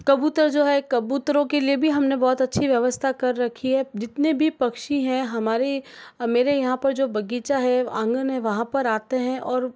कबूतर जो है कबूतरों के लिए भी हमने बहुत अच्छी व्यवस्था कर रखी है जितने भी पक्षी हैं हमारे मेरे यहाँ पर जो बगीचा है आंगन है वहाँ पर आते हैं और